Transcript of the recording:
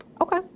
Okay